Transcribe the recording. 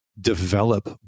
develop